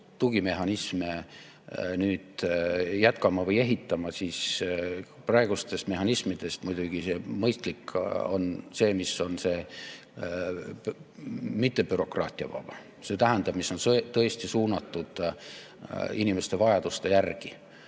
tugimehhanisme nüüd jätkama või ehitama, siis praegustest mehhanismidest muidugi mõistlik on see, mis on mitte bürokraatiavaba. See tähendab, mis on tõesti suunatud inimeste vajaduste järgi.